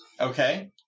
Okay